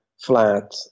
flat